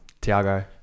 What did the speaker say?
Tiago